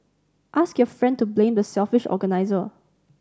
ask your friend to blame the selfish organiser